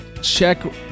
check